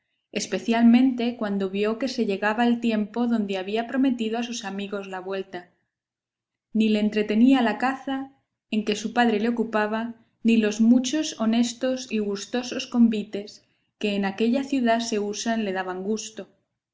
especialmente cuando vio que se llegaba el tiempo donde había prometido a sus amigos la vuelta ni le entretenía la caza en que su padre le ocupaba ni los muchos honestos y gustosos convites que en aquella ciudad se usan le daban gusto